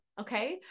okay